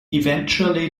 eventually